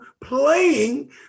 playing